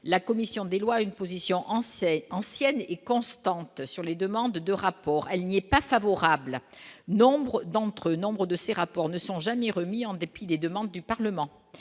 la commission des lois, une position en sait ancienne et constante sur les demandes de rapport, elle n'est pas favorable, nombre d'entre eux Nombre de ces rapports ne sont jamais remis, en dépit des demandes du Parlement,